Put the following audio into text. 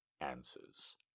answers